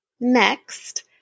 Next